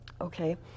Okay